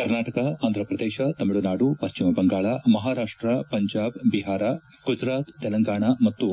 ಕರ್ನಾಟಕ ಆಂಧಪ್ರದೇಶ ತಮಿಳುನಾಡು ಪಶ್ಚಿಮ ಬಂಗಾಳ ಮಹಾರಾಷ್ಷ ಪಂಜಾಬ್ ಬಿಹಾರ ಗುಜರಾತ್ ತೆಲಂಗಾಣ ಮತ್ತು